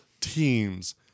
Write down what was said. teams